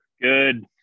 Good